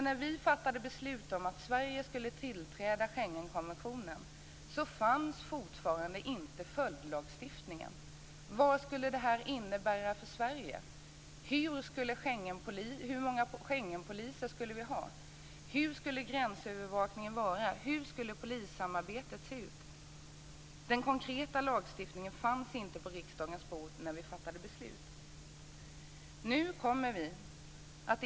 När vi fattade beslut om att Sverige skulle tillträda Schengenkonventionen fanns fortfarande inte följdlagstiftningen. Vad skulle detta innebära för Sverige? Hur många Schengenpoliser skulle vi ha? Hur skulle gränsövervakningen vara? Hur skulle polissamarbetet se ut? Den konkreta lagstiftningen fanns inte på riksdagens bord när vi fattade beslutet.